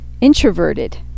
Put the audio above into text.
introverted